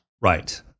Right